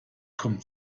kommt